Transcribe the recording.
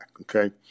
okay